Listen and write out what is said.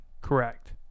Correct